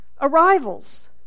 Arrivals